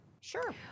Sure